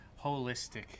holistic